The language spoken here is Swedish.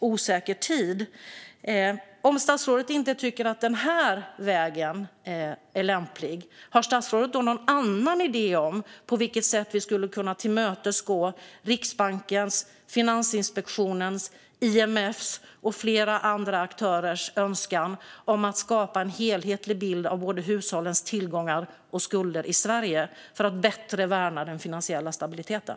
Om statsrådet inte tycker att den här vägen är lämplig - har statsrådet då någon annan idé om på vilket sätt man skulle kunna tillmötesgå Riksbankens, Finansinspektionens, IMF:s och flera andra aktörers önskan om att skapa en helhetsbild av hushållens tillgångar och skulder i Sverige för att bättre värna den finansiella stabiliteten?